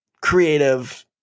creative